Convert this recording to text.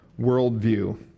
worldview